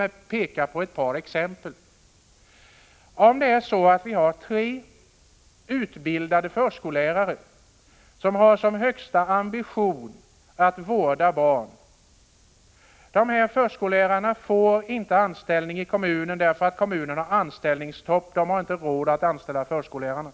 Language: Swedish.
Jag vill ge ett par exempel. Låt oss anta att tre utbildade förskollärare har som högsta ambition att vårda barn. De här förskollärarna får inte anställning i en kommun, därför att kommunen har anställningsstopp, kommunen har inte råd att anställa förskollärarna.